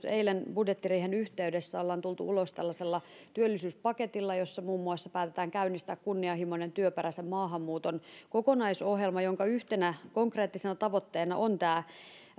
eilen budjettiriihen yhteydessä hallitus on tullut ulos tällaisella työllisyyspaketilla jossa muun muassa päätetään käynnistää kunnianhimoinen työperäisen maahanmuuton kokonaisohjelma jonka yhtenä konkreettisena tavoitteena on tämä